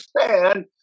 understand